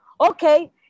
okay